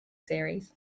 series